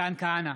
מתן כהנא,